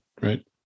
right